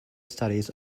studies